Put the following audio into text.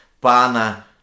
pana